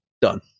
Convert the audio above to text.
Done